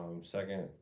second